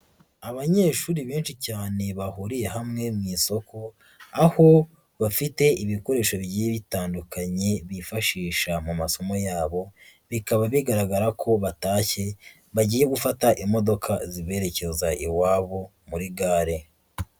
Abanyeshuri benshi cyane bahuriye hamwe mu isoko, aho bafite ibikoresho bigiye bitandukanye bifashisha mu masomo yabo, bikaba bigaragara ko batashye bagiye gufata imodoka ziberekeza iwabo muri gare.